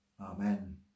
Amen